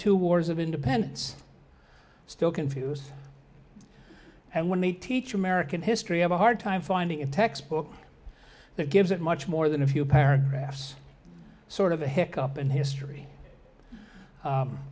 two wars of independence still confuse and when the teacher american history have a hard time finding a textbook that gives it much more than a few paragraphs sort of a hick up in history